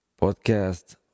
podcast